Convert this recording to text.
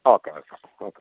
okay okay okay